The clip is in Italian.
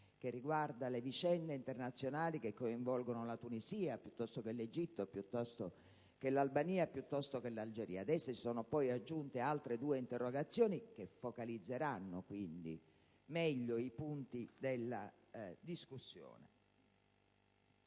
che riguarda le vicende internazionali che coinvolgono la Tunisia, piuttosto che l'Egitto, l'Albania o l'Algeria (adesso si sono aggiunte altre due interrogazioni che focalizzeranno meglio i punti della discussione).